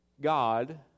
God